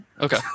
Okay